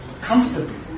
comfortably